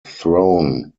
throne